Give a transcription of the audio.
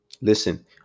listen